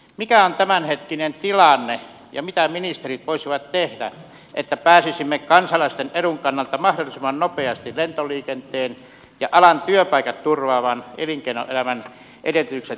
mikä on tämänhetkinen tilanne ja mitä ministerit voisivat tehdä että pääsisimme kansalaisten edun kannalta mahdollisimman nopeasti lentoliikenteen ja alan työpaikat turvaavaan elinkeinoelämän edellytykset kattavaan ratkaisuun